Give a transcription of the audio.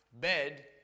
bed